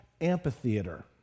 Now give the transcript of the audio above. amphitheater